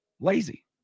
Lazy